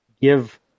give